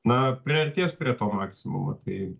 na priartės prie to maksimumo tai